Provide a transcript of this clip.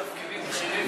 כולל בתפקידים בכירים,